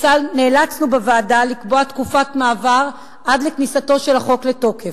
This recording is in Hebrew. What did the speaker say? נאלצנו בוועדה לקבוע תקופת מעבר עד לכניסתו של החוק לתוקף.